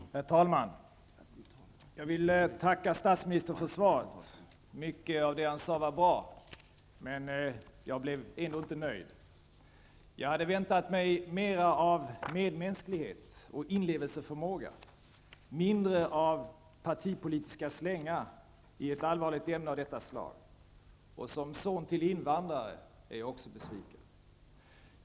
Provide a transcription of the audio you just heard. Herr talman! Jag vill tacka statsministern för svaret. Mycket av det han sade var bra, men jag blev ändå inte nöjd. Jag hade väntat mig mer av medmänsklighet och inlevelseförmåga, mindre av partipolitiska slängar i ett allvarligt ämne av detta slag. Som son till en invandrare är jag också besviken.